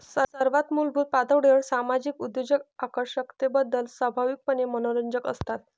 सर्वात मूलभूत पातळीवर सामाजिक उद्योजक आकर्षकतेबद्दल स्वाभाविकपणे मनोरंजक असतात